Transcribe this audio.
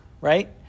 right